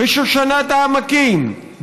בשושנת העמקים,